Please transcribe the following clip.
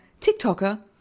TikToker